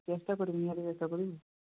ଚେଷ୍ଟା କରିବି ନିହାତି ଚେଷ୍ଟା କରିବି